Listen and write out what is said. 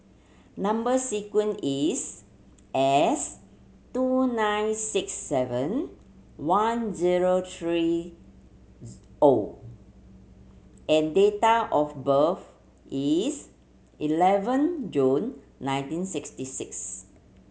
number sequence is S two nine six seven one zero three O and date of birth is eleven June nineteen sixty six